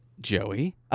Joey